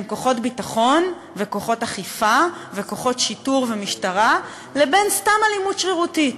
כוחות ביטחון וכוחות אכיפה וכוחות שיטור ומשטרה לבין סתם אלימות שרירותית?